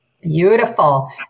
Beautiful